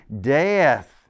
Death